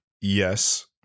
yes